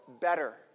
Better